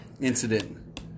incident